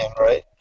right